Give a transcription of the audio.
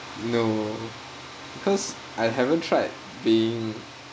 no because I haven't tried being